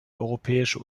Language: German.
europäische